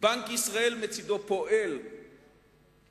בנק ישראל מצדו פועל לשמירה